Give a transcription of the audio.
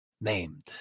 named